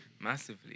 massively